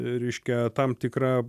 reiškia tam tikra